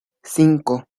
cinco